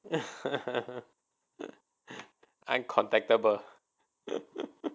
uncontactable